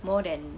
more than